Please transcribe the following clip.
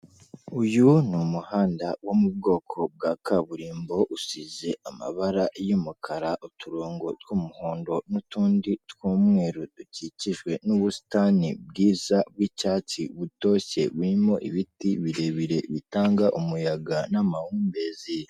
Uyu ni umuhanda wo mu bwoko bwa kaburimbo usize amabara y'umukara, uturongo tw'umuhondo n'utundi tw'umweru dukikijwe n'ubusitani bwiza bwicyatsi butoshye birimo ibiti birebire bitanga umuyaga n'amahumbezi.